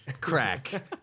Crack